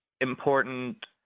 important